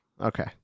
okay